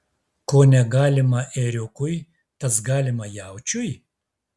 ko negalima ėriukui tas galima jaučiui